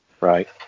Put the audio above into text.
Right